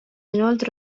inoltre